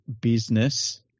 business